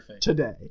today